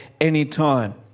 anytime